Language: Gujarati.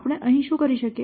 આપણે અહીં શું કરી શકીએ